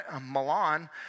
Milan